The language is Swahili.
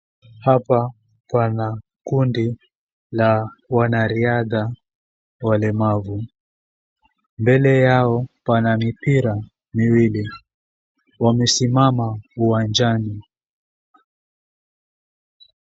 Hapa pana kundi la wana riadha walemavu. Mbele yao pana mipira miwili wamesimama uwanjani.